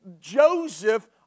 Joseph